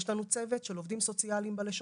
יש לנו צוות של עובדים סוציאליים בלשכות,